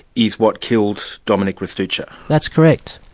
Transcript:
is what killed dominic restuccia. that's correct.